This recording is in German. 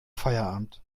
feierabend